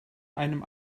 einem